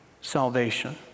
salvation